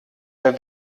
der